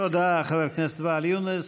תודה, חבר הכנסת ואאל יונס.